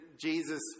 Jesus